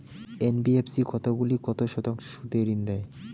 NBFC কতগুলি কত শতাংশ সুদে ঋন দেয়?